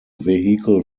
vehicle